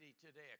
today